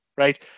Right